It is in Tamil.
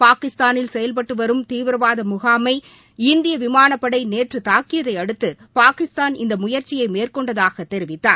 பாகிஸ்தானில் செயல்பட்டு வரும் தீவிரவாத முகாஸம இந்திய விமானப் படை நேற்று தாக்கியதை அடுத்து பாகிஸ்தான் இந்த முயற்சியை மேற்கொண்டதாக தெரிவித்தார்